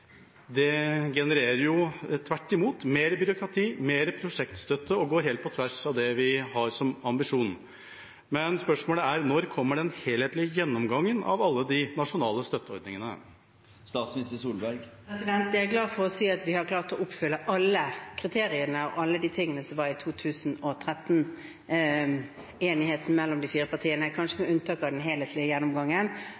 genererer tvert imot mer byråkrati, mer prosjektstøtte, og går helt på tvers av det vi har som ambisjon. Spørsmålet er: Når kommer den helhetlige gjennomgangen av alle de nasjonale støtteordningene? Jeg er glad for å si at vi har klart å oppfylle alle kriteriene og alt det som det i 2013 var enighet om mellom de fire partiene – kanskje